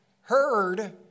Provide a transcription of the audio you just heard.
heard